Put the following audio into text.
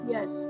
Yes